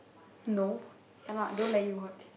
no cannot don't let you watch